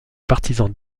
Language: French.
partisans